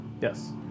Yes